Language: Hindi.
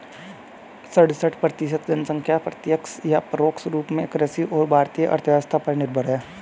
सड़सठ प्रतिसत जनसंख्या प्रत्यक्ष या परोक्ष रूप में कृषि और भारतीय अर्थव्यवस्था पर निर्भर है